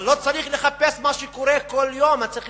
אבל לא צריך לחפש מה שקורה כל יום, צריך